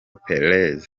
perez